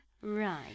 Right